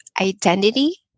identity